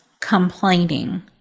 complaining